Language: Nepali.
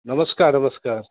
नमस्कार नमस्कार